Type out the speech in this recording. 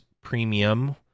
premium